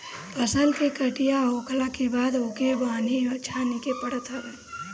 फसल के कटिया होखला के बाद ओके बान्हे छाने के पड़त हवे